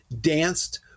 danced